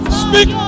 speak